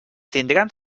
tindran